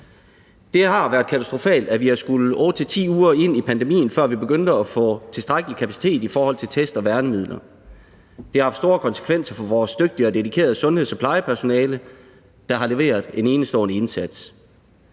Det har været katastrofalt, at vi skulle 8-10 uger ind i pandemien, før vi begyndte at få tilstrækkelig kapacitet i forhold til test og værnemidler. Det har haft store konsekvenser for vores dygtige og dedikerede sundheds- og plejepersonale, der har leveret en enestående indsats.